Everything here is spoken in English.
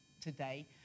today